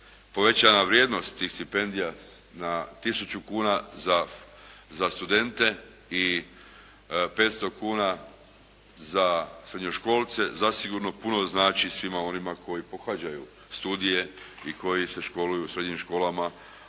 Povećana je vrijednost tih stipendija na tisuću kuna za studente i 500 kuna za srednjoškolce zasigurno puno znači svima onima koji pohađaju studije i koji se školuju u srednjim školama,